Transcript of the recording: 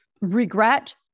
regret